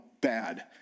bad